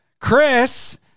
Chris